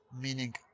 meaning